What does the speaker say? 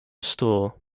store